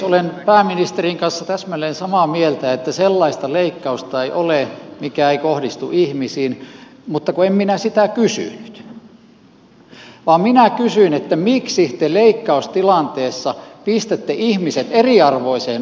olen pääministerin kanssa täsmälleen samaa mieltä että sellaista leikkausta ei ole mikä ei kohdistu ihmisiin mutta en minä sitä kysynyt vaan minä kysyin miksi te leikkaustilanteessa pistätte ihmiset eriarvoiseen asemaan